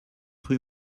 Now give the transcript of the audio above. rue